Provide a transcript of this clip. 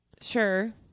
sure